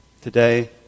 Today